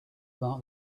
about